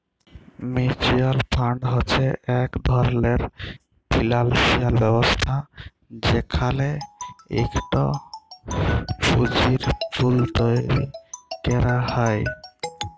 mutual fund হছে ইক ধরলের ফিল্যালসিয়াল ব্যবস্থা যেখালে ইকট পুঁজির পুল তৈরি ক্যরা হ্যয়